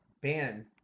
ban